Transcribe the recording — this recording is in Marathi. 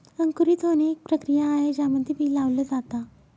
अंकुरित होणे, एक प्रक्रिया आहे ज्यामध्ये बी लावल जाता